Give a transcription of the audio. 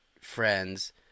friends –